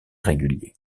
régulier